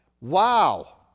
Wow